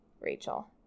Rachel